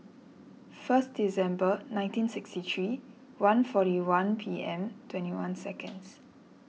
first December nineteen sixty three one forty one P M twenty one seconds